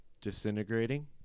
Disintegrating